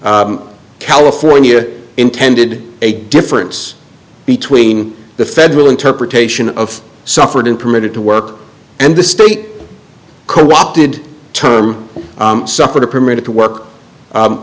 california intended a difference between the federal interpretation of suffered and permitted to work and the state co opted term suffer the permitted to work